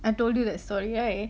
I told you that story right